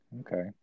Okay